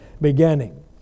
beginning